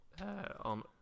on